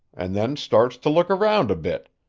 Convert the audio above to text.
and then starts to look around a bit,